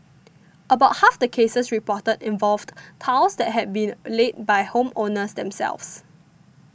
about half the cases reported involved tiles that had been laid by home owners themselves